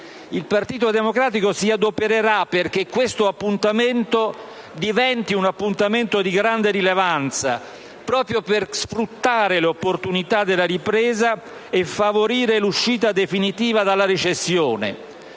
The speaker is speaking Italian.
Il Partito Democratico si adopererà perché questo appuntamento assuma questa grande rilevanza, proprio per sfruttare l'opportunità della ripresa e favorire l'uscita definitiva dalla recessione.